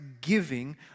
giving